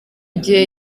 gihe